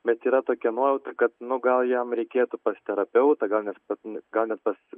bet yra tokia nuojauta kad nu gal jam reikėtų pas terapeutą gal nes gal net pas